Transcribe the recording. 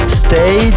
stay